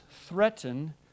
threaten